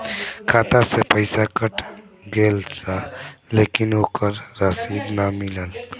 खाता से पइसा कट गेलऽ लेकिन ओकर रशिद न मिलल?